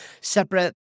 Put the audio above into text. separate